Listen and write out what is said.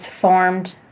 formed